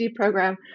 program